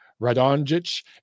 Radonjic